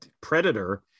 predator